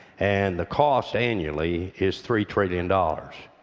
and the cost annually is three trillion dollars.